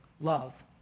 love